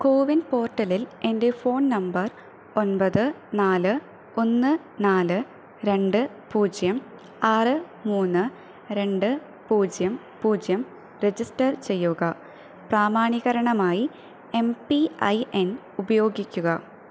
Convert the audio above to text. കോവിൻ പോർട്ടലിൽ എൻ്റെ phone number ഒമ്പത് നാല് ഒന്ന് നാല് രണ്ട് പൂജ്യം ആറ് മൂന്ന് രണ്ട് പൂജ്യം പൂജ്യം രജിസ്റ്റർ ചെയ്യുക പ്രാമാണീകരണമായി എം പി ഐ എൻ ഉപയോഗിക്കുക